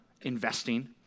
investing